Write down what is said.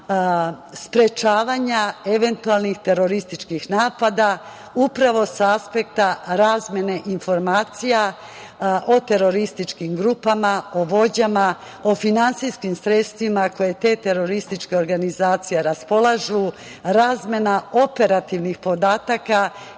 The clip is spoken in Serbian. sprečavanja eventualnih terorističkih napada upravo sa aspekta razmene informacija o terorističkim grupama, o vođama, o finansijskim sredstvima kojima te terorističke organizacije raspolažu, razmena operativnih podataka